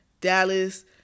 Dallas